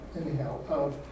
anyhow